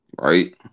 Right